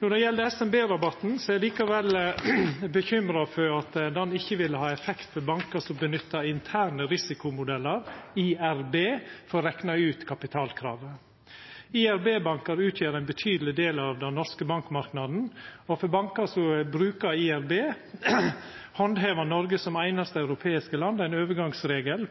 Når det gjeld SMB-rabatten, er eg likevel bekymra for at han ikkje vil ha effekt for bankar som bruker interne risikomodellar, IRB, for å rekna ut kapitalkravet. IRB-bankar utgjer ein betydeleg del av den norske bankmarknaden, og for bankar som bruker IRB, handhevar Noreg som einaste europeiske land ein overgangsregel,